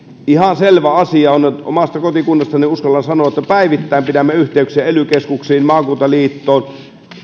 ihan selvä asia on on omasta kotikunnastani uskallan sanoa että päivittäin pidämme yh teyksiä ely keskuksiin maakunnan liittoon